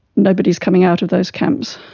nobody is coming out of those camps.